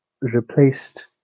replaced